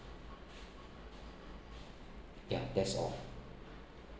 ya that's all